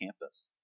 campus